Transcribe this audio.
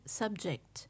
subject